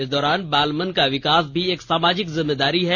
इस दौरान बालमन का विकास भी एक सामाजिक जिम्मेदारी है